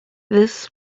this